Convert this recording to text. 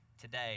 today